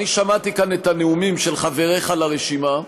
שמעתי כאן את הנאומים של חבריך לרשימה,